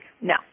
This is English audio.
No